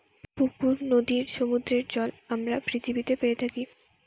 পুকুর, নদীর, সমুদ্রের জল আমরা পৃথিবীতে পেয়ে থাকি